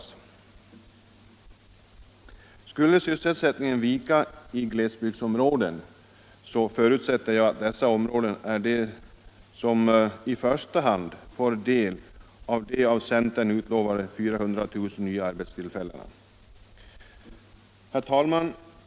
» Skulle sysselsättningen vika i glesbygdsområden så förutsätter jag att dessa områden då är de som i första hand får del av de av centern utlovade 400 000 nya arbetstillfällena. Herr talman!